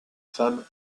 femmes